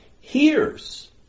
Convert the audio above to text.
hears